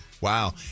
Wow